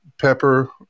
pepper